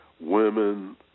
women